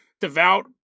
devout